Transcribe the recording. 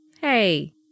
Hey